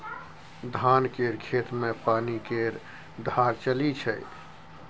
धान केर खेत मे पानि केर धार चलइ छै